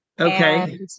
Okay